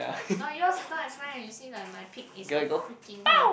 no yours is not as mine eh you see like my peak is like freaking high